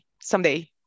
someday